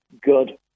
good